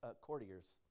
courtiers